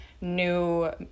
new